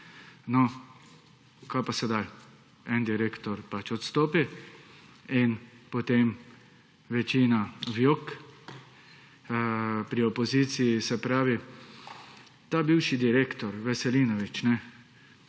No, kaj pa sedaj en direktor pač odstopi in potem večina v jok, pri opoziciji, se pravi ta bivši direktor Veselinovič